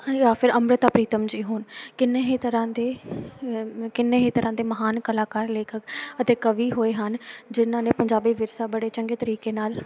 ਜਾਂ ਫਿਰ ਅੰਮ੍ਰਿਤਾ ਪ੍ਰੀਤਮ ਜੀ ਹੋਣ ਕਿੰਨੇ ਹੀ ਤਰ੍ਹਾਂ ਦੇ ਕਿੰਨੇ ਹੀ ਤਰ੍ਹਾਂ ਦੇ ਮਹਾਨ ਕਲਾਕਾਰ ਲੇਖਕ ਅਤੇ ਕਵੀ ਹੋਏ ਹਨ ਜਿਹਨਾਂ ਨੇ ਪੰਜਾਬੀ ਵਿਰਸਾ ਬੜੇ ਚੰਗੇ ਤਰੀਕੇ ਨਾਲ